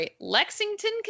Lexington